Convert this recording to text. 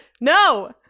No